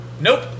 Nope